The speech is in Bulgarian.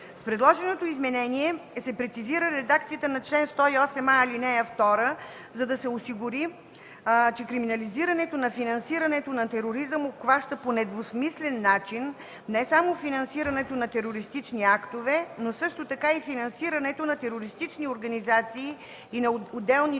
С предложеното изменение се прецизира редакцията на чл. 108а, ал. 2, за да се осигури, че криминализирането на финансирането на тероризъм обхваща по недвусмислен начин не само финансирането на терористични актове, но също така и финансирането на терористични организации и на отделни терористи,